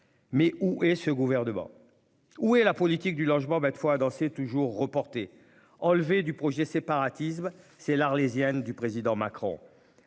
Mais où est ce gouvernement. Où est la politique du logement ben fois danser toujours reporter enlevé du projet séparatisme. C'est l'Arlésienne du président Macron